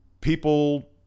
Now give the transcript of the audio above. people